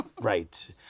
Right